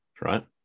right